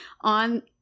on –